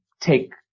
take